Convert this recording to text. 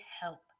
help